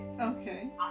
Okay